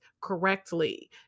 correctly